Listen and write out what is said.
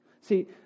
See